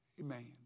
Amen